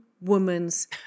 woman's